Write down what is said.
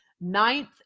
ninth